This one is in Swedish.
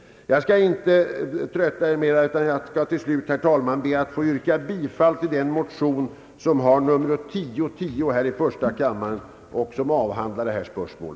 Jag skall inte trötta kammaren mera, utan jag ber, herr talman, att få yrka bifall till motion nr I:1010, som behandlar detta spörsmål.